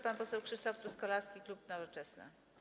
Pan poseł Krzysztof Truskolaski, klub Nowoczesna.